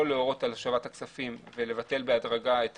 להורות על השבת הכספים ולבטל בהדרגה את